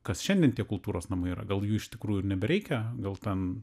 kas šiandien tie kultūros namai yra gal jų iš tikrųjų ir nebereikia gal ten